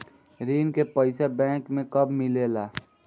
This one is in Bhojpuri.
ऋण के पइसा बैंक मे कब मिले ला?